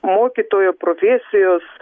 mokytojo profesijos